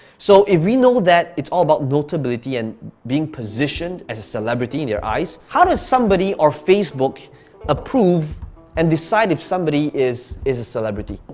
so if we know that it's all about notability and being positioned as a celebrity in their eyes, how does somebody or facebook approve and decide if somebody is is a celebrity?